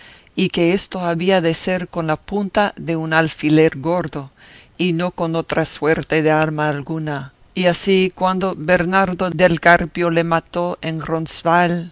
y que esto había de ser con la punta de un alfiler gordo y no con otra suerte de arma alguna y así cuando bernardo del carpio le mató en